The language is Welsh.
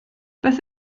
beth